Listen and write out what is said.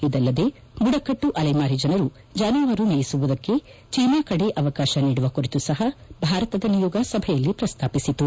ಇದಲ್ಲದೇ ಬುಡಕಟ್ಟು ಅಲೆ ಮಾರಿ ಜನರು ಜಾನುವಾರು ಮೇಯಿಸುವುದಕ್ಕೆ ಚೀನಾ ಕಡೆ ಅವಕಾಶ ನೀಡುವ ಕುರಿತು ಸಹ ಭಾರತದ ನಿಯೋಗ ಸಭೆಯಲ್ಲಿ ಪ್ರಸ್ತಾಪಿಸಿತು